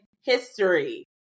history